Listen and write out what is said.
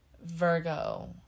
Virgo